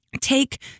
take